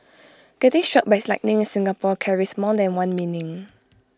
getting struck by lightning in Singapore carries more than one meaning